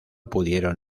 pudieron